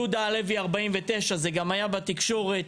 יהודה הלוי 49 וזה גם היה בתקשורת.